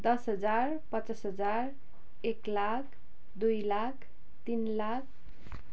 दस हजार पचास हजार एक लाख दुई लाख तिन लाख